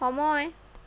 সময়